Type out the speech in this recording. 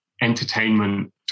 entertainment